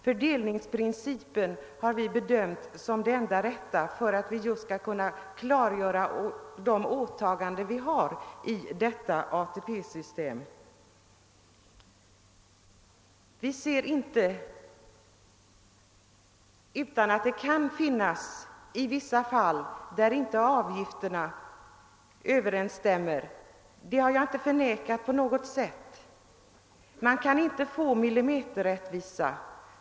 Fördelningsprincipen har vi bedömt som det enda rätta för att vi just skall kunna klargöra de åtaganden vi har i ATP-systemet. Jag har inte på något sätt förnekat att det kan finnas fall där avgifterna inte överensstämmer — man kan inte få millimeterrättvisa.